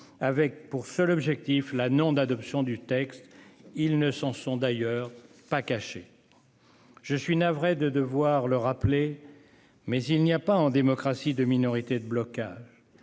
avec pour seul objectif la non d'adoption du texte. Il ne s'en sont d'ailleurs pas caché. Je suis navré de devoir le rappeler. Mais il n'y a pas en démocratie de minorité de blocage.